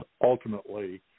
ultimately